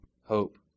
hope